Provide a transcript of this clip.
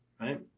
Right